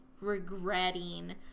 regretting